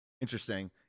Interesting